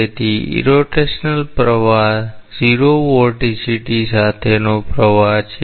તેથી ઇરોટેશનલ પ્રવાહ 0 વોર્ટિસિટી સાથેનો પ્રવાહ છે